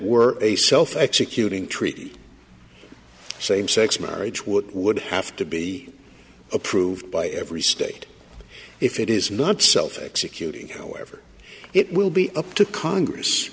were a self executing treaty same sex marriage would would have to be approved by every state if it is not self executing however it will be up to congress